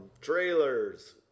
trailers